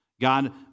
God